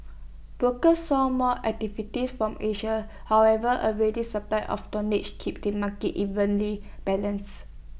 brokers saw more activity from Asia however A ready supply of tonnage kept the market evenly balanced